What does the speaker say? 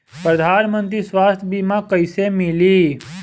प्रधानमंत्री स्वास्थ्य बीमा कइसे मिली?